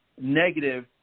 negative